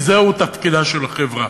כי זהו תפקידה של החברה.